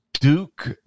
Duke